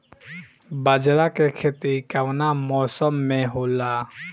बाजरा के खेती कवना मौसम मे होला?